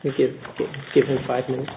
if you give him five minutes